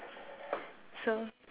so